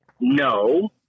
no